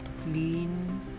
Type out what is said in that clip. clean